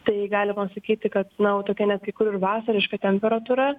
tai galima sakyti kad na jau tokia net kai kur ir vasariška temperatūra